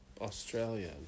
australia